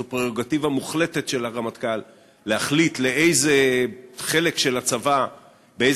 זו פררוגטיבה מוחלטת של הרמטכ"ל להחליט לאיזה חלק של הצבא,